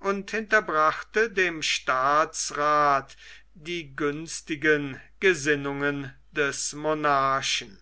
und hinterbrachte dem staatsrath die günstigen gesinnungen des monarchen